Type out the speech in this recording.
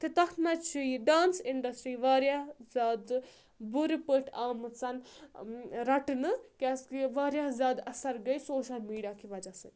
تہٕ تَتھ منٛز چھِ یہِ ڈانٕس اِنڈَسٹری واریاہ زیادٕ بُرٕ پٲٹھۍ آمٕژ رَٹنہٕ کیازکہِ واریاہ زیادٕ اَثَر گٔے سوشَل میٖڈیا کہِ وجہ سۭتۍ